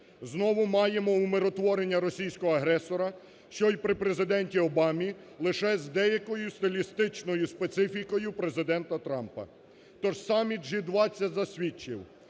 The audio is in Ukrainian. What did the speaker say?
Знову маємо умиротворення російського агресора, що і при Президенті Обамі, лише з деякою стилістичною специфікою Президента Трампа. Тож саміт G20 засвідчив,